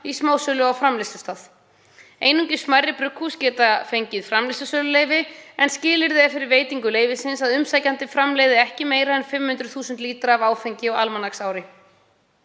í smásölu á framleiðslustað. Einungis smærri brugghús geta fengið framleiðslusöluleyfi en skilyrði fyrir veitingu leyfisins er að umsækjandi framleiði ekki meira en 500.000 lítra af áfengi á almanaksári.